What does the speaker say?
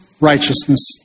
righteousness